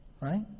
Right